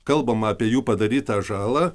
kalbama apie jų padarytą žalą